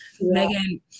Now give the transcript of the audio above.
Megan